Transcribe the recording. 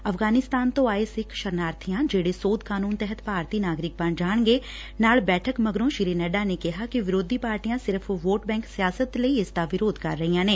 ਅਫ਼ਗਾਨਿਸਤਾਨ ਤੋ ਆਏ ਸਿੱਖ ਸ਼ਰਨਾਰਬੀਆਂ ਜਿਹੜੇ ਸੋਧ ਕਾਨੂੰਨ ਤਹਿਤ ਭਾਰਤੀ ਨਾਗਰਿਕ ਬਣ ਜਾਣਗੇ ਨਾਲ ਬੈਠਕ ਮਗਰੋਂ ਸ੍ਰੀ ਨੱਢਾ ਨੇ ਕਿਹਾ ਕਿ ਵਿਰੋਧੀ ਪਾਰਟੀਆਂ ਸਿਰਫ਼ ਵੋਟ ਬੈਂਕ ਸਿਆਸਤ ਲਈ ਇਸਦਾ ਵਿਰੋਧ ਕਰ ਰਹੀਆਂ ਨੇ